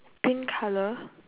pink colour